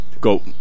go